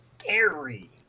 scary